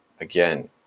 again